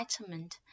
enlightenment